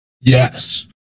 Yes